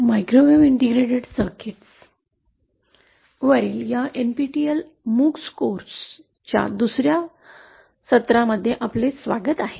microwave integrated circuits वरील या NPTEL MOOCs course च्या दुसर्या सत्रामध्ये आपले स्वागत आहे